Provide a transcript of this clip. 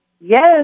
Yes